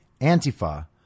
Antifa